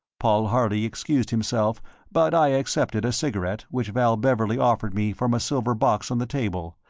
paul harley excused himself but i accepted a cigarette which val beverley offered me from a silver box on the table,